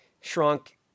shrunk